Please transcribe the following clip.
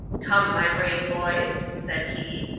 come, my brave boys, said he,